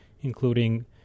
including